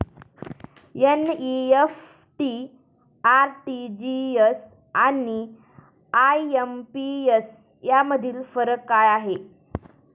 NEFT, RTGS आणि IMPS यामधील फरक काय आहे?